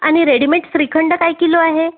आणि रेडीमेड श्रीखंड काय किलो आहे